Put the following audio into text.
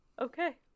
Okay